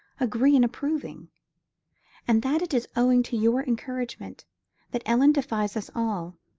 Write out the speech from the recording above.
agree in approving and that it is owing to your encouragement that ellen defies us all,